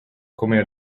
come